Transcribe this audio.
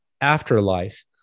afterlife